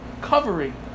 covering